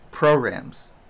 programs